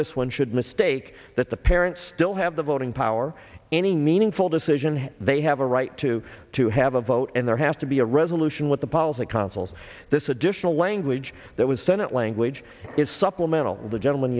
this one should mistake that the parents still have the voting power any meaningful decision they have a right to to have a vote and there has to be a resolution with the powers that consul's this additional language that was senate language is supplemental the gentleman